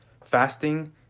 fasting